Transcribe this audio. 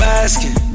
asking